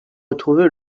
retrouver